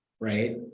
right